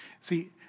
See